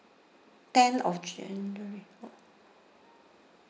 ten of january oh